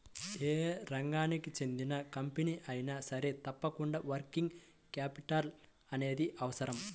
యే రంగానికి చెందిన కంపెనీ అయినా సరే తప్పకుండా వర్కింగ్ క్యాపిటల్ అనేది అవసరం